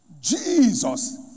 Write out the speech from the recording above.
Jesus